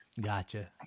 gotcha